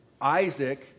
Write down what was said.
Isaac